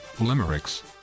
limericks